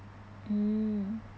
mm